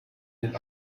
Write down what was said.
den